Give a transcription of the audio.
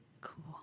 Cool